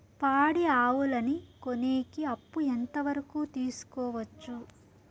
పాడి ఆవులని కొనేకి అప్పు ఎంత వరకు తీసుకోవచ్చు?